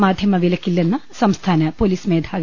മാധ്യമ വിലക്കില്ലെന്ന് സംസ്ഥാന പൊലീസ് മേധാവി